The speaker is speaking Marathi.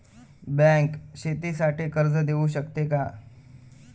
बँक शेतीसाठी कर्ज देऊ शकते का?